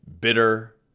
bitter